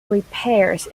repairs